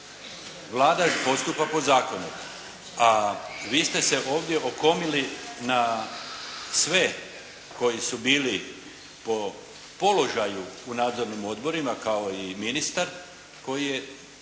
Vlada postupa po zakonu. A vi ste se ovdje okomili na sve koji su bili po položaju u nadzornim odborima kao i ministar koji je,